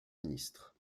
ministre